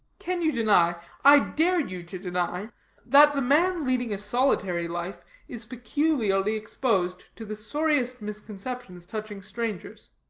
can you deny i dare you to deny that the man leading a solitary life is peculiarly exposed to the sorriest misconceptions touching strangers?